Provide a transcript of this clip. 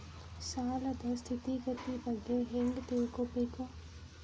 ಸಾಲದ್ ಸ್ಥಿತಿಗತಿ ಬಗ್ಗೆ ಹೆಂಗ್ ತಿಳ್ಕೊಬೇಕು?